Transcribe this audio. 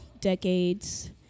decades